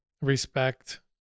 respect